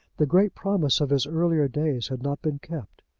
the great promise of his earlier days had not been kept.